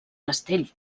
castell